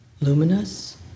luminous